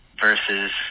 versus